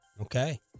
okay